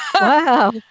Wow